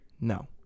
No